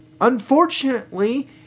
Unfortunately